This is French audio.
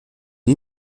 une